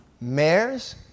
mayors